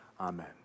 amen